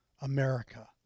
America